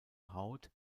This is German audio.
haut